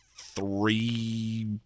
three